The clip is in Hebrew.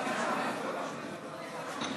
להעביר לוועדה את הצעת חוק ההוצאה לפועל (תיקון,